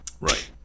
Right